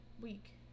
week